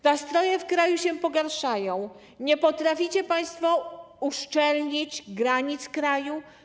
Nastroje w kraju się pogarszają, nie potraficie państwo uszczelnić granic kraju.